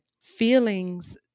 feelings